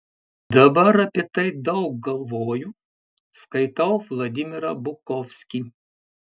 dabar apie tai daug galvoju skaitau vladimirą bukovskį